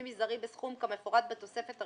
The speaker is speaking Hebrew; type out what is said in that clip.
מזערי בסכום כמפורט בתוספת הראשונה,